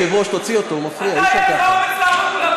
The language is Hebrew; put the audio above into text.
אני רוצה להוסיף שבמקביל החליטה ועדת הכנסת להכין,